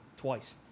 twice